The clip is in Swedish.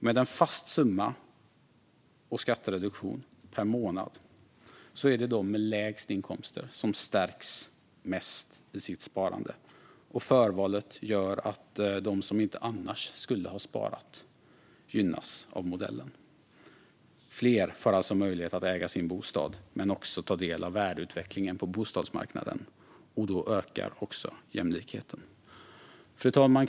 Med en fast summa och skattereduktion per månad är det de med lägst inkomster som stärks mest i sitt sparande, och förvalet gör att de som annars inte skulle ha sparat gynnas av modellen. Fler får alltså möjlighet att äga sin bostad och ta del av värdeutvecklingen på bostadsmarknaden. Då ökar också jämlikheten. Fru talman!